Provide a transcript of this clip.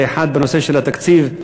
האחד, בנושא של התקציב,